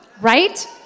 Right